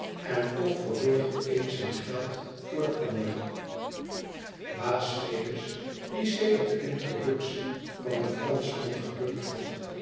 en toch verborg de een zijn geld voor den ander baas venus die sedert de introductie van den franschman gebakt had